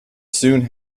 soon